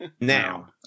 Now